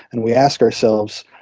and we ask ourselves,